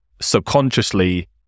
subconsciously